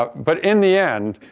but in the end,